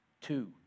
Two